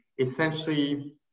essentially